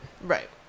Right